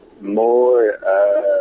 more